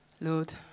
Lord